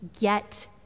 get